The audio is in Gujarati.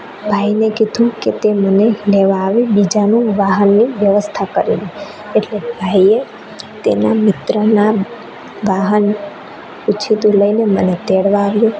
ભાઈને કીધું કે તે મને લેવા આવે બીજાનું વાહનની વ્યવસ્થા કરીને એટલે ભાઈએ તેના મિત્રના વાહન ઉછીતું લઈને મને તેડવા આવ્યો